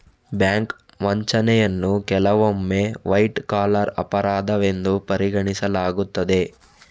bank ವಂಚನೆಯನ್ನು ಕೆಲವೊಮ್ಮೆ white collar ಅಪರಾಧವೆಂದು ಪರಿಗಣಿಸಲಾಗುತ್ತದೆ